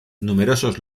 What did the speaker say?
numerosos